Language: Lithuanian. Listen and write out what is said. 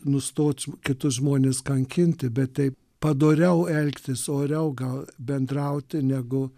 nustot kitus žmones kankinti bet taip padoriau elgtis oriau gal bendrauti negu